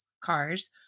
cars